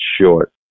short